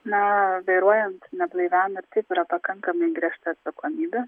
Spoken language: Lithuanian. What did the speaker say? na vairuojant neblaiviam ir taip yra pakankamai griežta atsakomybė